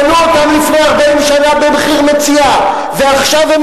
הם קנו אותם לפני 40 שנה במחיר מציאה ועכשיו הם